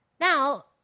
Now